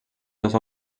dos